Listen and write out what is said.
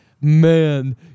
man